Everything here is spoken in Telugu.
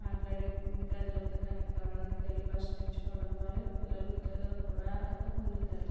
మాట్లాడే ప్రజలతో కనెక్ట్ అవ్వడానికి తెలుగు భాష నేర్చుకోవడం ద్వారా పిల్లలు ఉద్యోగాలకు కూడా అర్హత పొందుతారు